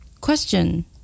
Question